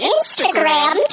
Instagram